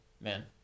man